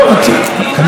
אני יודע שאת יודעת,